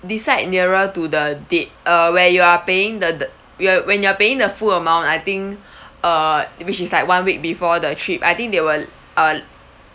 decide nearer to the date uh where you are paying the the you when you are paying the full amount I think err which is like one week before the trip I think they will uh